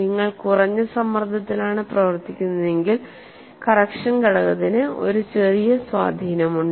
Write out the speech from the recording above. നിങ്ങൾ കുറഞ്ഞ സമ്മർദ്ദത്തിലാണ് പ്രവർത്തിക്കുന്നതെങ്കിൽ കറക്ഷൻ ഘടകത്തിന് ഒരു ചെറിയ സ്വാധീനമുണ്ട്